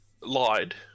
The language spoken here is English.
lied